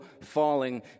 falling